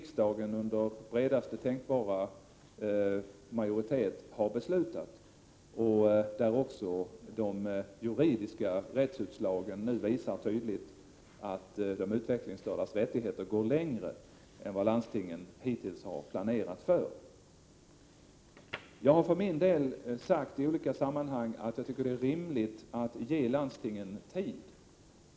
1987/88: 124 bredaste tänkbara majoritet, har beslutat om. De juridiska rättsutslagen 20 maj 1988 visar nu tydligt att de utvecklingsstördas rättigheter går längre än vad Om tillvaratagande av landstingen hittills har planerat för. deutvecklingsstördas Jag har för min del sagt i olika sammanhang att jag tycker att det är rimligt rättigheter enligt att ge landstingen tid.